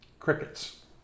Crickets